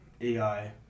AI